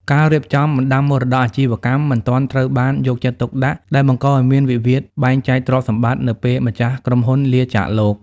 ការរៀបចំ "បណ្ដាំមរតកអាជីវកម្ម" មិនទាន់ត្រូវបានយកចិត្តទុកដាក់ ដែលបង្កឱ្យមានវិវាទបែងចែកទ្រព្យសម្បត្តិនៅពេលម្ចាស់ក្រុមហ៊ុនលាចាកលោក។